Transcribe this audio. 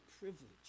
privilege